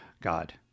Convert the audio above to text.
God